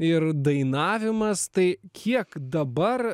ir dainavimas tai kiek dabar